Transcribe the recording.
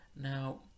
Now